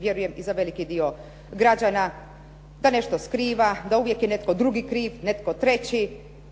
vjerujem i za veliki dio građana, da nešto skriva, da netko drugi je uvijek kriv, netko treći,